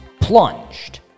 plunged